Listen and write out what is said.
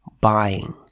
buying